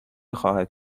خواهد